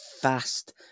fast